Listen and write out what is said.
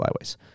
Flyways